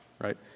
Right